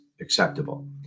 acceptable